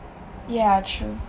yeah true